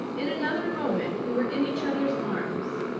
in another moment we were in each other's arms.